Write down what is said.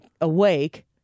awake